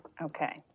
Okay